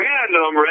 Random